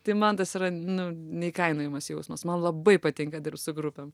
tai man tas yra neįkainojamas jausmas man labai patinka dirbt su grupėm